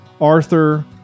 Arthur